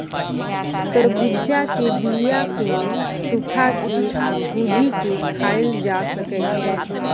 तरबुज्जा के बीया केँ सुखा के आ भुजि केँ खाएल जा सकै छै